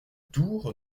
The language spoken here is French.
door